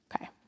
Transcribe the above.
Okay